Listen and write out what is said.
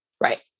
Right